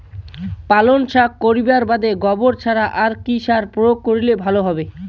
পালং শাক করিবার বাদে গোবর ছাড়া আর কি সার প্রয়োগ করিলে ভালো হবে?